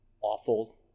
awful